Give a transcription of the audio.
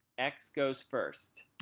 x goes first.